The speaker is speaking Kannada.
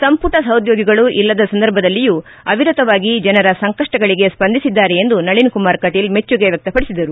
ಸಂಪುಟ ಸಹೋದ್ಯೋಗಿಗಳು ಇಲ್ಲದ ಸಂದರ್ಭದಲ್ಲಿಯೂ ಅವಿರತವಾಗಿ ಜನರ ಸಂಕಷ್ಟಗಳಿಗೆ ಸ್ವಂದಿಸಿದ್ದಾರೆ ಎಂದು ನಳಿನ್ ಕುಮಾರ್ ಕಟೀಲ್ ಮೆಚ್ಚುಗೆ ವ್ಯಕ್ತಪಡಿಸಿದರು